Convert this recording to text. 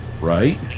Right